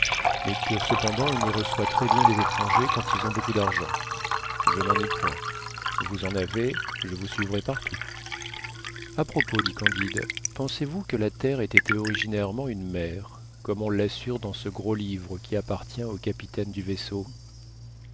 mais que cependant on y reçoit très bien les étrangers quand ils ont beaucoup d'argent je n'en ai point vous en avez je vous suivrai partout a propos dit candide pensez-vous que la terre ait été originairement une mer comme on l'assure dans ce gros livre qui appartient au capitaine du vaisseau